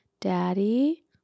daddy